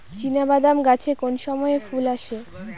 চিনাবাদাম গাছে কোন সময়ে ফুল আসে?